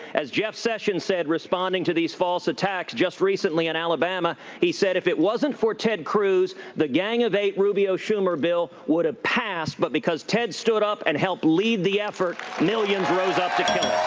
as jeff sessions said, responding to these false attacks just recently in alabama he said, if it wasn't for ted cruz, the gang of eight rubio schumer bill would have passed. but because ted stood up and helped lead the effort, millions rose up to kill